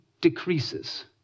decreases